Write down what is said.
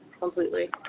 completely